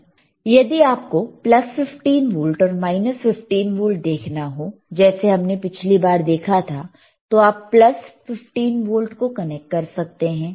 यदि आपको plus 15 volt और माइनस 15 वोल्ट देखना हो जैसे हमने पिछली बार देखा था तो आप प्लस 15 वोल्ट को कनेक्ट कर सकते हैं